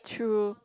true